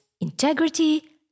integrity